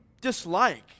dislike